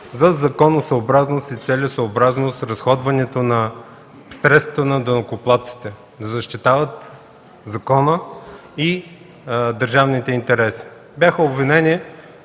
за законосъобразност и целесъобразност разходването на средствата на данъкоплатците, да защитават закона и държавните интереси. Бяха обвинени